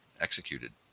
executed